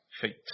Faith